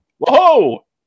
whoa